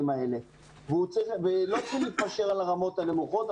האלה ולא צריכים להתפשר על הרמות הנמוכות.